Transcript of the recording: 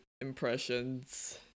impressions